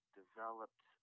developed